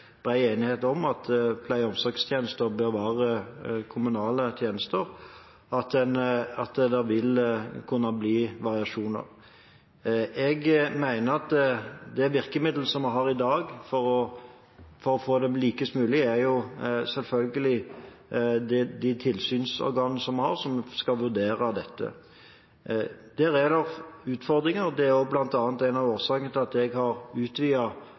pleie- og omsorgstjenester bør være – vil det kunne bli variasjoner. Jeg mener at de virkemidler vi har i dag for å få det mest mulig likt, selvfølgelig er de tilsynsorganer vi har som skal vurdere dette. Der er det utfordringer. Det er bl.a. en av årsakene til at jeg har